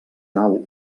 nau